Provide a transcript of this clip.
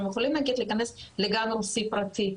הם יכולים נגיד להיכנס לגן רוסי פרטי,